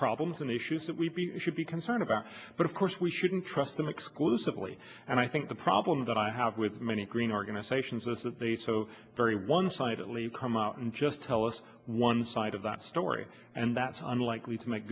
problems and issues that we should be concerned about but of course we shouldn't trust them exclusively and i think the problem that i have with many green organizations was that they so very one side at least come out and just tell us one side of that story and that's unlikely to make